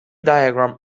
diagram